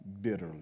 bitterly